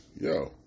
Yo